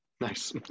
nice